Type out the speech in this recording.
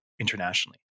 internationally